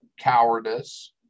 cowardice